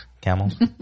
camels